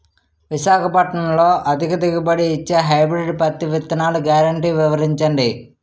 విశాఖపట్నంలో అధిక దిగుబడి ఇచ్చే హైబ్రిడ్ పత్తి విత్తనాలు గ్యారంటీ వివరించండి?